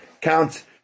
count